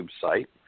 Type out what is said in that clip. site